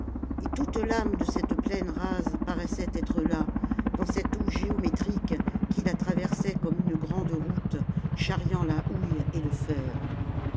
et toute l'âme de cette plaine rase paraissait être là dans cette eau géométrique qui la traversait comme une grande route charriant la houille et le fer